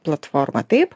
platforma taip